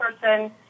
person